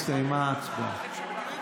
הסתיימה ההצבעה.